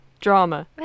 Drama